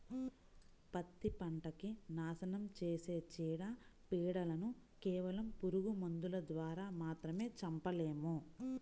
పత్తి పంటకి నాశనం చేసే చీడ, పీడలను కేవలం పురుగు మందుల ద్వారా మాత్రమే చంపలేము